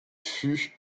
fut